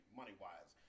money-wise